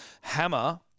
Hammer